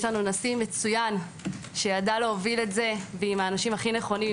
יש לנו נשיא מצוין שידע להוביל את זה ועם האנשים הכי נכונים,